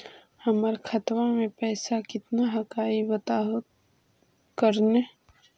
हमर खतवा में पैसा कितना हकाई बताहो करने?